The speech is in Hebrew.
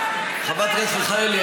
חברת הכנסת מיכאלי,